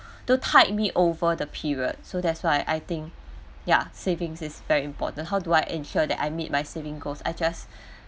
to tied me over the period so there's why I think ya saving is very important how do I ensure that I meet my saving goal I just